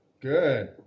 Good